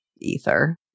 ether